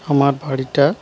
আমার বাড়িটা